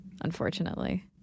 unfortunately